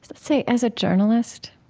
say as a journalist,